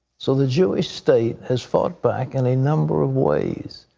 so the jewish state has fought back in a number of ways.